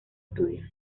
estudio